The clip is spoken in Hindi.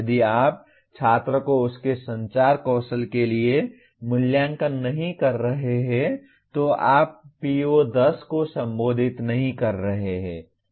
यदि आप छात्र को उसके संचार कौशल के लिए मूल्यांकन नहीं कर रहे हैं तो आप PO10 को संबोधित नहीं कर रहे हैं